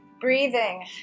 Breathing